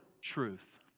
truth